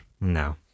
no